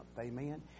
Amen